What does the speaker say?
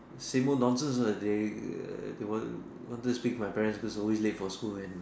say more nonsense lah they want wanted to speak to my parents because I always late for school and